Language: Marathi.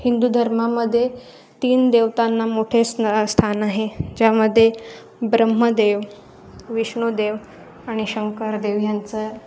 हिंदू धर्मामध्ये तीन देवतांना मोठे स्न स्थान आहे ज्यामध्ये ब्रह्मदेव विष्णुदेव आणि शंकर देव यांचं